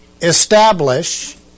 establish